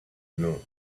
know